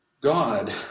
God